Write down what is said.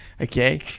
okay